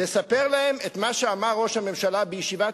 לספר להם את מה שאמר ראש הממשלה בישיבת